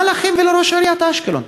מה לכם ולראש עיריית אשקלון?